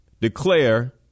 declare